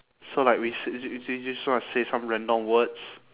so like we s~ we we we just want to say some random words